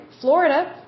Florida